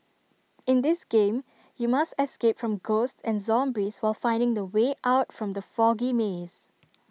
in this game you must escape from ghosts and zombies while finding the way out from the foggy maze